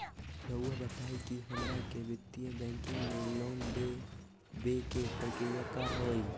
रहुआ बताएं कि हमरा के वित्तीय बैंकिंग में लोन दे बे के प्रक्रिया का होई?